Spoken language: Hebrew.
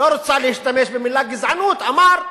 הוא לא רצה להשתמש במלה גזענות, ואמר: